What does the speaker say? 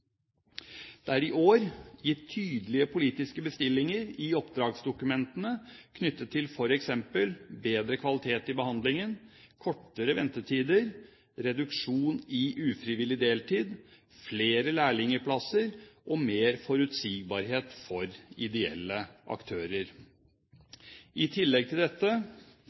Det er i år gitt tydelige politiske bestillinger i oppdragsdokumentene knyttet til f.eks. bedre kvalitet i behandlingen, kortere ventetider, reduksjon i ufrivillig deltid, flere lærlingplasser og mer forutsigbarhet for ideelle aktører. I tillegg til dette